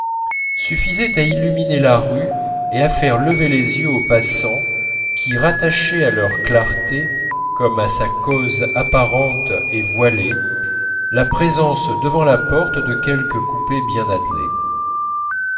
suffisaient à illuminer la rue et à faire lever les yeux au passant qui rattachait à leur clarté comme à sa cause apparente et voilée la présence devant la porte de quelques coupés bien attelés